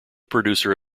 producer